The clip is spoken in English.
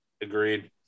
Agreed